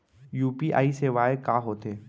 UPI सेवाएं का होथे